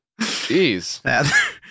Jeez